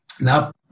Now